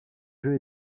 jeu